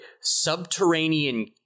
subterranean